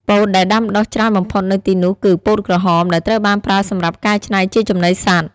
ពោតដែលដាំដុះច្រើនបំផុតនៅទីនោះគឺ ពោតក្រហម ដែលត្រូវបានប្រើសម្រាប់កែច្នៃជាចំណីសត្វ។